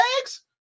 eggs